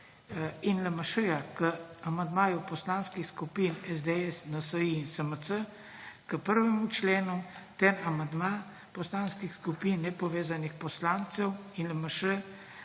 in LMŠ k amandmaju poslanskih skupin SDS, NSi in SMC k 1. členu ter amandma poslanskih skupin nepovezanih poslancev in LMŠ